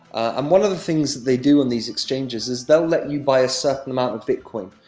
and one of the things that they do, on these exchanges, is they'll let you buy a certain amount of bitcoin,